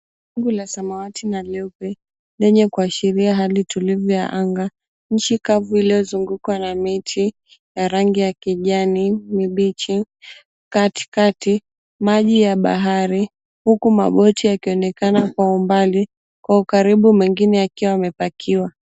Wingu la samawati na leupe lenye kuashiria hali tulivu ya anga. Nchi kavu iliyozungukwa na miti ya rangi ya kijani kibichi, katikati maji ya bahari huku maboti yakionekana kwa umbali, kwa ukaribu mengine yakiwa yamepakiwa.